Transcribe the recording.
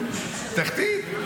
תחתית?